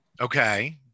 Okay